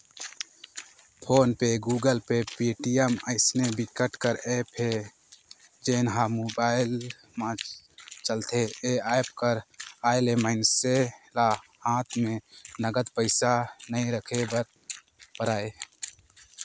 phone पे, Google Pay, Paytm अइसन बिकट कर ऐप हे जेन ह मोबाईल म चलथे ए एप्स कर आए ले मइनसे ल हात म नगद पइसा नइ राखे बर परय